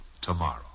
tomorrow